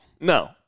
no